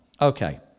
Okay